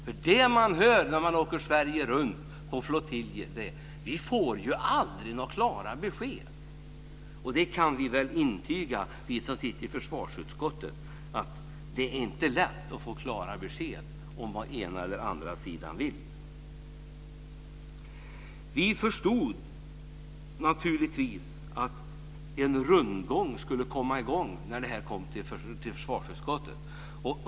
Det som man hör när man åker Sverige runt på flottiljer är nämligen: Vi får ju aldrig några klara besked! Vi som sitter i försvarsutskottet kan intyga att det inte är lätt att få klara besked om vad den ena eller den andra sidan vill. Vi förstod naturligtvis att en rundgång skulle komma i gång när detta kom till försvarsutskottet.